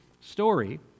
story